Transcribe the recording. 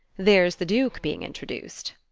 there's the duke being introduced.